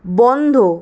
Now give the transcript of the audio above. বন্ধ